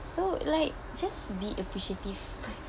so like just be appreciative